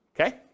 Okay